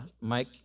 Mike